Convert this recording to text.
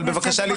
רק